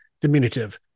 diminutive